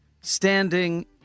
standing